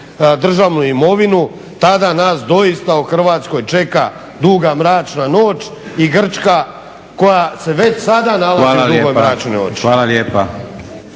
državnu imovinu tada nas doista u Hrvatskoj čeka duga mračna noć i Grčka koja se već sada nalazi u dugoj mračnoj noći. **Leko,